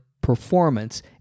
performance